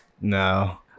No